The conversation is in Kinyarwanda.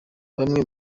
bamwe